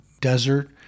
desert